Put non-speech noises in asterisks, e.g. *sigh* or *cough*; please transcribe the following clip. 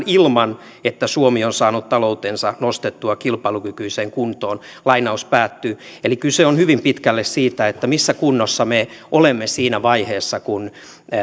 *unintelligible* ilman että suomi on saanut taloutensa nostettua kilpailukykyiseen kuntoon eli kyse on hyvin pitkälle siitä missä kunnossa me olemme siinä vaiheessa kun